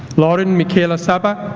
lauren michaela sabbagh